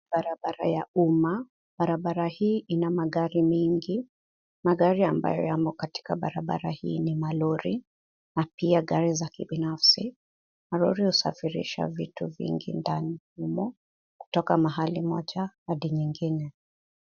Barabara ya umma. Barabara hii ina magari mengi. Magari ambayo yamo katika barabara hii ni malori na pia gari za kibinafsi. Malori husafirisha vitu vingi ndani humo kutoka mahali moja hadi mahali nyingine.